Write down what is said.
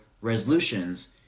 resolutions